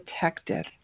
protected